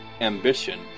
ambition